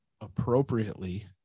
appropriately